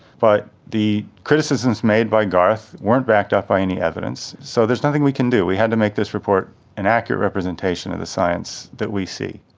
but the criticisms made by garth weren't backed up by any evidence, so there's nothing we can do. we had to make this report an accurate representation of the science that we see.